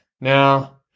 Now